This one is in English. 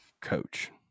coach